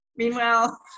Meanwhile